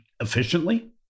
efficiently